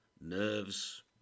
nerves